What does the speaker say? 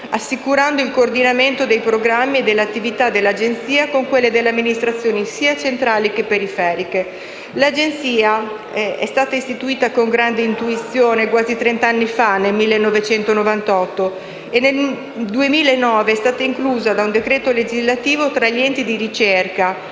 assicurando il coordinamento dei programmi dell'Agenzia con le attività delle amministrazioni sia centrali che periferiche. L'Agenzia è stata istituita con grande intuizione quasi trent'anni fa, nel 1988, e nel 2009 è stata inclusa da un decreto legislativo tra gli enti di ricerca